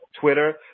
Twitter